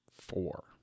four